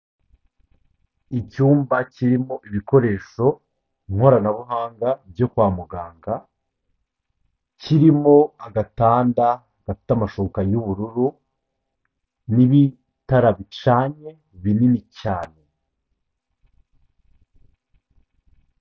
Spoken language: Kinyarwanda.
Icyumba kirimo ibikoresho nkoranabuhanga byo kwa muganga, kirimo agatanda gafite amashuka y'ubururu n'ibitara bicanye binini cyane.